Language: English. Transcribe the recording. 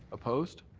opposed.